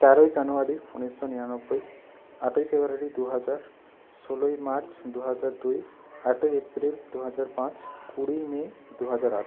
তেরোই জানুয়ারি উনিশশো নিরানব্বই আটই ফেব্রুয়ারি দু হাজার ষোলোই মার্চ দু হাজার দুই আটই এপ্রিল দু হাজার পাঁচ কুড়িই মে দু হাজার আট